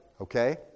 okay